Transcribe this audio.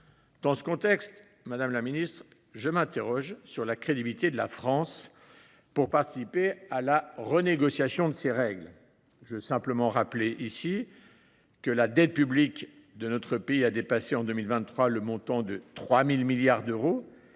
Dans ce contexte, madame la secrétaire d’État, je m’interroge sur la crédibilité de la France pour participer à la renégociation de ces règles. Je rappelle en effet que la dette publique de notre pays a dépassé en 2023 le montant de 3 000 milliards d’euros